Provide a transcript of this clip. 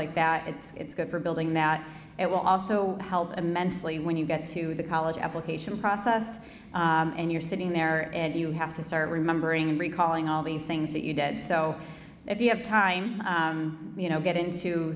like that it's it's good for building that it will also help immensely when you get to the college application process and you're sitting there and you have to start remembering and recalling all these things that you did so if you have time you know get into